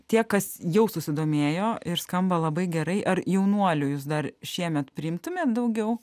tie kas jau susidomėjo ir skamba labai gerai ar jaunuolių jūs dar šiemet priimtumėt daugiau